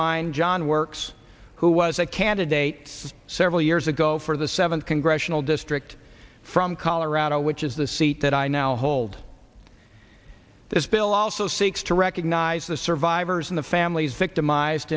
mine john works who was a candidates several years ago for the seventh congressional district from colorado which is the seat that i now hold this bill also seeks to recognize the survivors and the families victimized